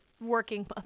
working